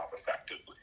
effectively